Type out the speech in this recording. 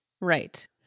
Right